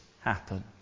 happen